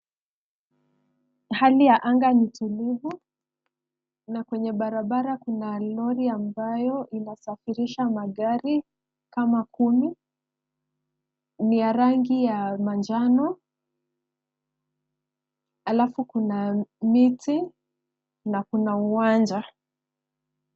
Hali ya anga ni tulivu, na kwenye barabara kuna lori ambayo inasafirisha magari, kama kumi, ni ya rangi ya manjano, alafu kuna miti, na kuna uwanja.